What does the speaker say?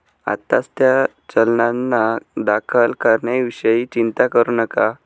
आत्ताच त्या चलनांना दाखल करण्याविषयी चिंता करू नका